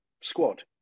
squad